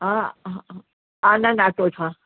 हा आनंद आटो सां